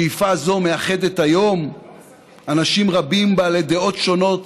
שאיפה זו מאחדת היום אנשים רבים בעלי דעות שונות,